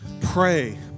pray